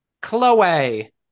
Chloe